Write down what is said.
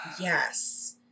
Yes